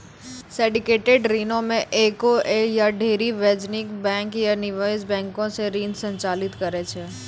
syndicated ऋणो मे जे एगो या ढेरी वाणिज्यिक बैंक या निवेश बैंको से ऋण संचालित करै छै